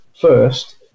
first